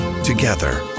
Together